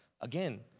Again